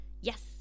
Yes